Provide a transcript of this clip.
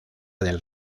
del